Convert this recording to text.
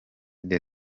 the